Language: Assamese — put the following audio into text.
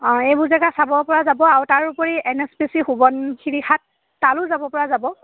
অঁ এইবোৰ জেগা চাবপৰা যাব আৰু তাৰোপৰি এন এইচ পি চিৰ সোৱণশিৰি ঘাট তালৈও যাবপৰা যাব